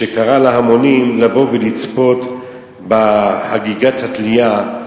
קרא להמונים לבוא ולצפות בחגיגות התלייה.